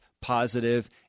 positive